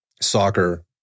Soccer